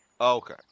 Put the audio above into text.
Okay